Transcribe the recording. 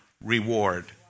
reward